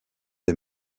des